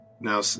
now